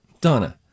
Donna